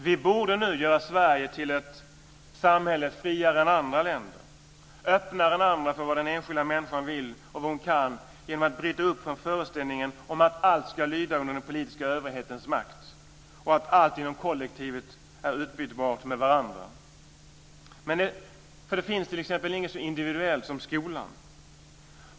Vi borde göra Sverige till ett samhälle friare än andra länder, öppnare än andra för vad den enskilda människan vill och kan genom att bryta upp från föreställningen om att allt ska lyda under den politiska överhetens makt och att allt inom kollektivet är utbytbart med varandra. Det finns t.ex. ingenting så individuellt som skolan.